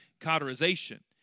cauterization